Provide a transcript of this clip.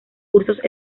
cursos